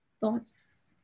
thoughts